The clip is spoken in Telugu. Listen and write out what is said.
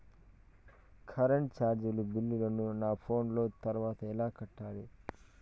కరెంటు చార్జీల బిల్లును, నా ఫోను ద్వారా ఎలా కట్టాలి?